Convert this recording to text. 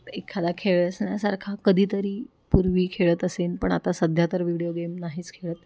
एखादा खेळ असण्यासारखा कधीतरी पूर्वी खेळत असेन पण आता सध्या तर विडिओ गेम नाहीच खेळत